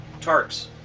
Tarks